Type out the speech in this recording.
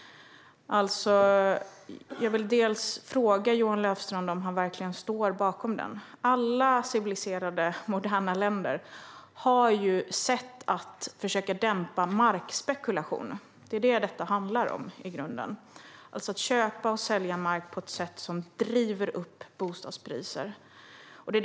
Jag vill fråga Johan Löfstrand om han verkligen står bakom den. Alla civiliserade moderna länder har försökt dämpa markspekulation. Detta handlar i grunden om att köpa och sälja mark på ett sätt som driver upp bostadspriserna.